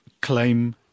claim